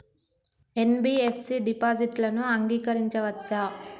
NBFC డిపాజిట్లను అంగీకరించవచ్చా?